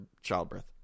childbirth